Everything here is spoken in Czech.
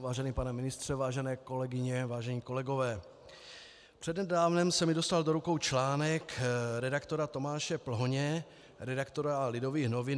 Vážený pane ministře, vážené kolegyně, vážení kolegové, přednedávnem se mi dostal do rukou článek redaktora Tomáše Plhoně, redaktora Lidových novin.